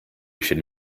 should